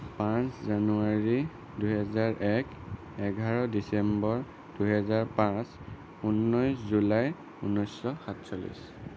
পাঁচ জানুৱাৰী দুহেজাৰ এক এঘাৰ ডিচেম্বৰ দুহেজাৰ পাঁচ ঊনৈছ জুলাই ঊনৈছশ সাতচল্লিছ